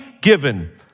given